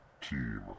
team